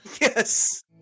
yes